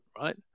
right